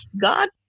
God